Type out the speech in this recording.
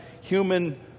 human